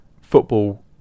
football